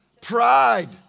Pride